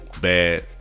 bad